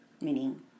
meaning